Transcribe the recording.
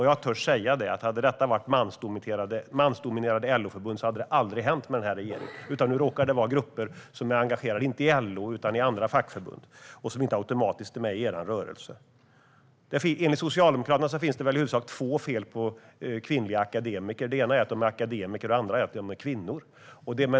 Jag törs säga att om det hade varit fråga om mansdominerade LO-förbund hade det aldrig hänt med denna regering. Nu råkar det vara grupper som är engagerade inte i LO utan i andra fackförbund och som inte automatiskt är med i er rörelse. Enligt Socialdemokraterna finns det väl i huvudsak två fel på kvinnliga akademiker. Det ena är att de är akademiker, och det andra är att de är kvinnor.